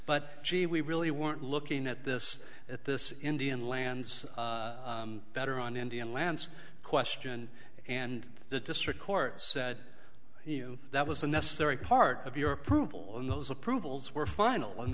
but we really weren't looking at this at this indian lands that are on indian lands question and the district court said you that was a necessary part of your approval and those approvals were final and